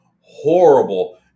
horrible